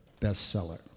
bestseller